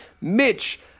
Mitch